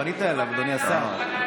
פנית אליו, אדוני השר.